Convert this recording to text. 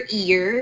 ear